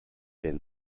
been